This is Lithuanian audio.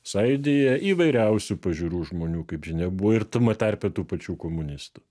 sąjūdyje įvairiausių pažiūrų žmonių kaip žinia buvo ir tame tarpė tų pačių komunistų